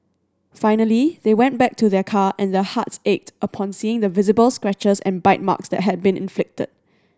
finally they went back to their car and their hearts ached upon seeing the visible scratches and bite marks that had been inflicted